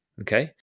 okay